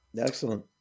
Excellent